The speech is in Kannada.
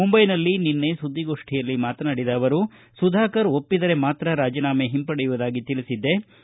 ಮುಂಬೈನಲ್ಲಿ ನಿನ್ನೆ ಸುದ್ದಿಗೋಷ್ಠಿಯಲ್ಲಿ ಮಾತನಾಡಿದ ಅವರು ಸುಧಾಕರ ಒಪ್ಪಿದರೆ ಮಾತ್ರ ರಾಜೀನಾಮೆ ಹಿಂಪಡೆಯುವುದಾಗಿ ತಿಳಿಸಿದ್ಲೆ